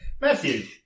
Matthew